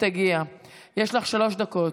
איזה יופי,